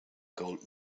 gold